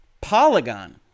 Polygon